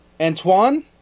antoine